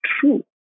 true